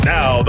Now